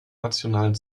nationalen